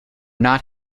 not